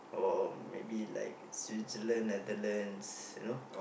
or maybe like Switzerland Netherlands you know